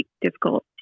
difficult